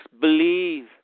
believe